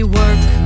work